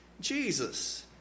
Jesus